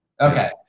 Okay